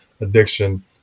addiction